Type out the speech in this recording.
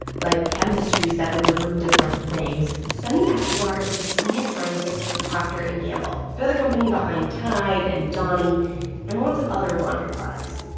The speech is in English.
like, chemistries that would remove different things sunny escobar is a senior scientist for procter and gamble. they're company behind tide and downy and lots of other laundry products.